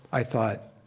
i thought,